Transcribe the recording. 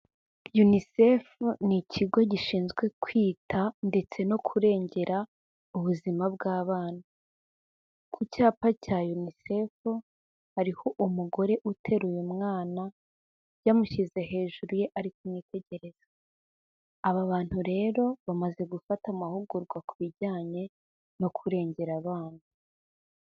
UNICEF ni ikigo gishinzwe kwita ndetse no kurengera ubuzima bw'abana, ku cyapa cya UNICEF hariho umugore uteruye mwana yamushyize hejuru ye ari kumwitegereza, aba bantu rero bamaze gufata amahugurwa ku bijyanye no kurengera abana.